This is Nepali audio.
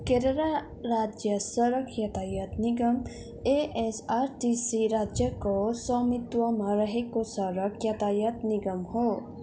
केरेरा राज्य सडक यातायात निगम एएसआरटिसी राज्यको स्वामित्वमा रहेको सडक यातायात निगम हो